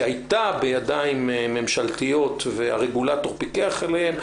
שהייתה בידיים ממשלתיות והרגולטור פיקח עליהם,